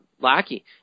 Lackey